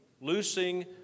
loosing